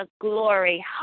glory